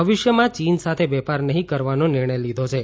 ભવિષ્યમાં ચીન સાથે વેપાર નહીં કરવાનો નિર્ણય લીધો છે